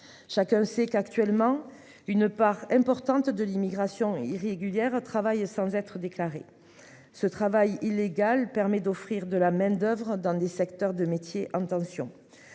Chacun sait qu'actuellement une part importante de l'immigration irrégulière travaillent sans être déclarés. Ce travail illégal permet d'offrir de la main-d'oeuvre dans des secteurs de métiers en tension.